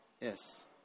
Yes